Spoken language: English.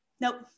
nope